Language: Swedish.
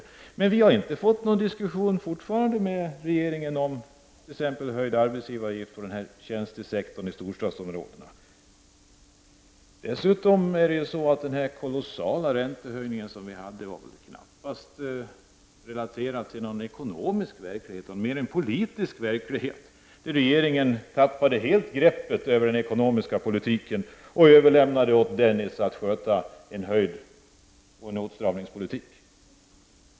Vi har fortfarande inte kommit till diskussion med regeringen om t.ex. höjd arbetsgivaravgift på tjänstesektorn i storstadsområdena. Dessutom var den kolossala räntehöjning som genomfördes knappast relaterad till någon ekonomisk verklighet, utan mer till en politisk verklighet. Regeringen tappade helt greppet om den ekonomiska politiken och överlämnade åt Bengt Dennis att genomföra en åtstramningspolitik.